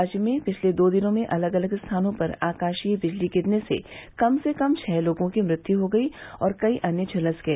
राज्य में पिछले दो दिनों में अलग अलग स्थानों पर आकाशीय बिजली गिरने से कम से कम छह लोगों की मृत्यु हो गयी और कई अन्य झुलस गए